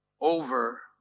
over